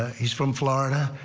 ah he's from florida.